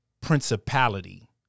principality